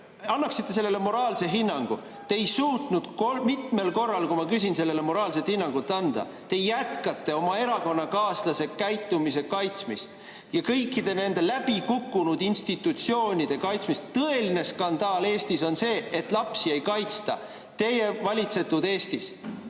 annaksite sellele moraalse hinnangu. Te ei suutnud mitmel korral, kui ma küsisin, sellele moraalset hinnangut anda. Te jätkate oma erakonnakaaslase käitumise kaitsmist ja kõikide nende läbikukkunud institutsioonide kaitsmist. Tõeline skandaal Eestis on see, et lapsi ei kaitsta teie valitsetud Eestis.